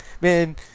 Man